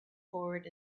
forward